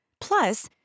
Plus